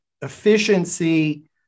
efficiency